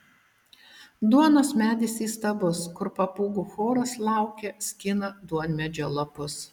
duonos medis įstabus kur papūgų choras laukia skina duonmedžio lapus